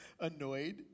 annoyed